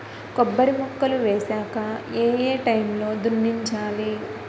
కొబ్బరి మొక్కలు వేసాక ఏ ఏ టైమ్ లో దున్నించాలి?